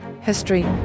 history